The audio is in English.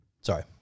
Sorry